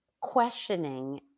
questioning